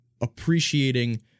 appreciating